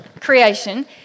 creation